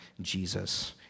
Jesus